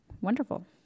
wonderful